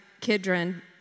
Kidron